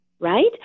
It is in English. Right